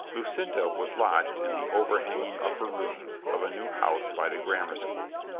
lucinda was lodged in the overhang ing upper rooms of a new house by the grammar school.